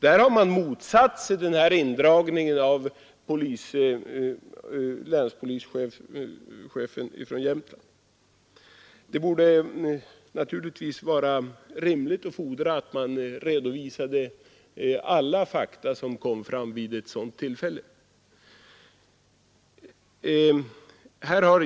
Där har man motsatt sig indragningen av länspolischefstjänsten i Jämtland. Det är naturligtvis rimligt att fordra att alla de fakta som kom fram vid detta tillfälle redovisas.